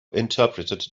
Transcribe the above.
interpreted